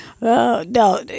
No